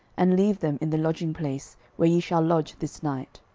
and leave them in the lodging place, where ye shall lodge this night.